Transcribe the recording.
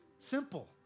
Simple